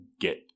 get